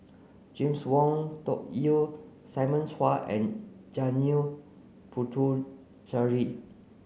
James Wong Tuck Yim Simon Chua and Janil Puthucheary